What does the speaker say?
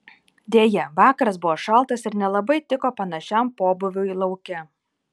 deja vakaras buvo šaltas ir nelabai tiko panašiam pobūviui lauke